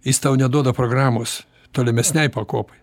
jis tau neduoda programos tolimesnei pakopai